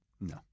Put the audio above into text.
No